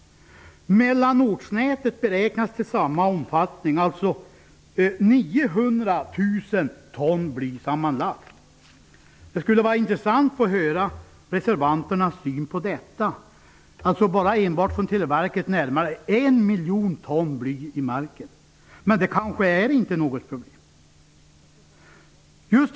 Mellanortsnätet beräknas ha samma omfattning, alltså sammanlagt 900 000 ton bly. Det finns alltså närmare 1 miljon ton bly i marken enbart genom Televerkets försorg! Men det kanske inte är något problem? Det skulle vara intressant att höra reservanternas syn på detta.